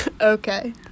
okay